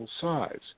size